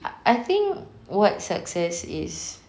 I I think what success is